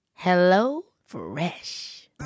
HelloFresh